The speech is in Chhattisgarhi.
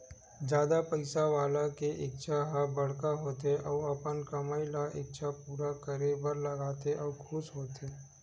जादा पइसा वाला के इच्छा ह बड़का होथे अउ अपन कमई ल इच्छा पूरा करे बर लगाथे अउ खुस होथे